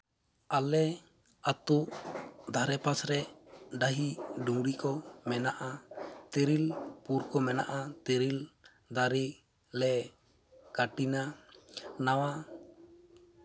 ᱟᱞᱮ ᱟᱹᱛᱩ ᱫᱷᱟᱨᱮ ᱯᱟᱥᱨᱮ ᱰᱟᱹᱦᱤ ᱰᱩᱝᱨᱤ ᱠᱚ ᱢᱮᱱᱟᱜᱼᱟ ᱛᱤᱨᱤᱞ ᱯᱩᱨ ᱠᱚ ᱢᱮᱱᱟᱜᱼᱟ ᱛᱤᱨᱤᱞ ᱫᱟᱨᱮ ᱞᱮ ᱠᱟᱹᱴᱤᱱᱟ ᱱᱟᱣᱟ